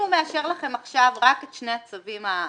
אם הוא מאשר לכם עכשיו רק את שני הצווים האחרים,